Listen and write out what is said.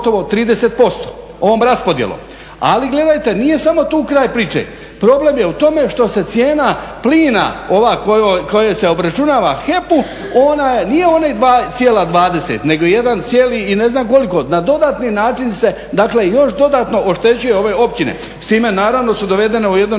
30% ovom raspodjelom. Ali gledajte, nije samo tu kraj priče. Problem je u tome što se cijena plina ova koja se obračunava HEP-u nije onaj 2,20 nego 1 cijeli i ne znam koliko. Na dodatni način se dakle još dodatno oštećuje ove općine. S time naravno su dovedene u jedan